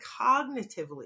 cognitively